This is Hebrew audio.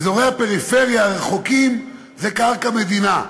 באזורי הפריפריה הרחוקים זה קרקע מדינה.